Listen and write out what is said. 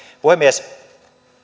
puhemies